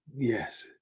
yes